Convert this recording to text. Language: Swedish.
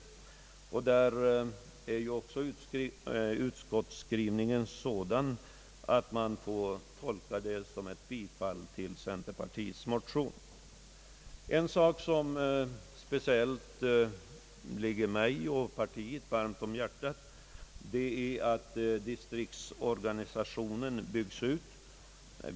Där är ju också utskottsskrivningen sådan, att man får tolka den som ett bifall till centerpartiets motion. En sak som speciellt ligger mig och mitt parti varmt om hjärtat är att distriktsorganisationen byggs ut.